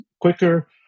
quicker